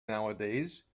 nowadays